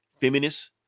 feminist